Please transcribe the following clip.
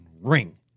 ring